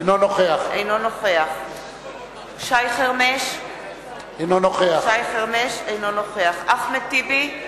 אינו נוכח שי חרמש, אינו נוכח אחמד טיבי,